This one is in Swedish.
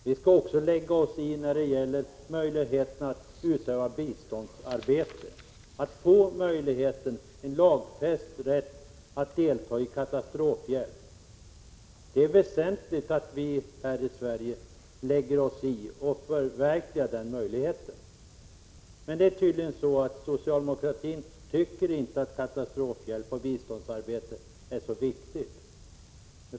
Vi skall också lägga oss i när det gäller möjligheten till rätt till ledighet för att utöva biståndsarbete. Det är väsentligt att vi här i Sverige förverkligar möjligheten att få en lagfäst rätt att delta i katastrofhjälp. Men socialdemokraterna anser tydligen inte att katastrofhjälp och biståndsarbete är viktigt.